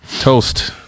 Toast